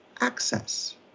access